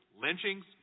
lynchings